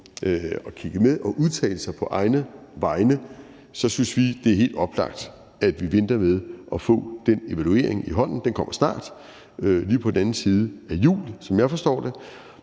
at kigge med og udtale sig på egne vegne, så synes vi, det er helt oplagt, at vi venter til vi får den evaluering i hånden – den kommer snart, lige på den anden side af jul, som jeg forstår det